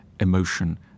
emotion